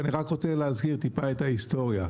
אני רק רוצה להזכיר טיפה את ההיסטוריה.